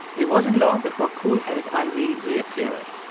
it wasn't long before coolheaded irene reappeared.